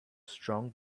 strong